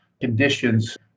conditions